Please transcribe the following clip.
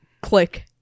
click